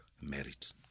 merit